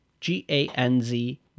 G-A-N-Z